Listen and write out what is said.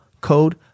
code